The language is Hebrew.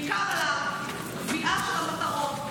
בעיקר על הקביעה של המטרות,